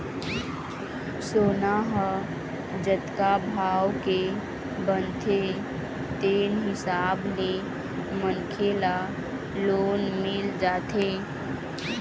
सोना ह जतका भाव के बनथे तेन हिसाब ले मनखे ल लोन मिल जाथे